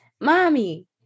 mommy